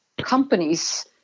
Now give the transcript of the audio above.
companies